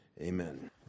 Amen